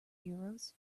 heroes